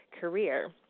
career